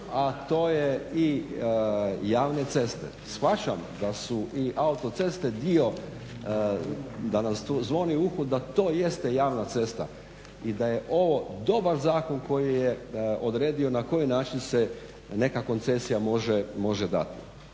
a to je i javne ceste. Shvaćam da su i autoceste dio, da nam zvoni u uhu da to jeste javna cesta i da je ovo dobar zakon koji je odredio na koji način se neka koncesija može dati.